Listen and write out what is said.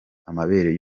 amabere